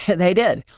they did.